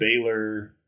Baylor